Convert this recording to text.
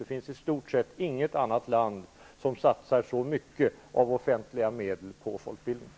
Det finns i stort sett inget annat land som satsar så mycket av offentliga medel på folkbildning.